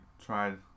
tried